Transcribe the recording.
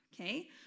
okay